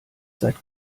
seit